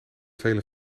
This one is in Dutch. vele